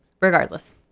Regardless